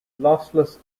lossless